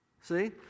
See